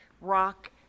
rock